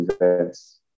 events